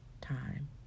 time